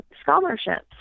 scholarships